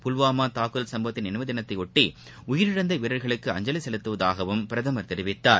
புல்வாமா தாக்குதல் சம்பவத்தின் நினைவு தினத்தையொட்டி உயிரிழந்த வீரர்களுக்கு அஞ்சலி செலுத்துவதாகவும் பிரதமர் தெரிவித்தார்